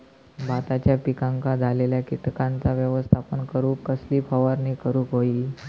भाताच्या पिकांक झालेल्या किटकांचा व्यवस्थापन करूक कसली फवारणी करूक होई?